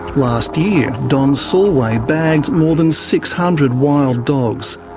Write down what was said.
last year don sallway bagged more than six hundred wild dogs.